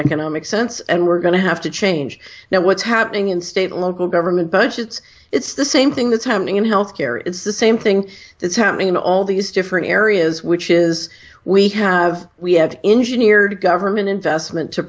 economic sense and we're going to have to change now what's happening in state and local government budgets it's the same thing that's happening in health care it's the same thing that's happening in all these different areas which is we have we have engineered government investment to